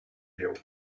view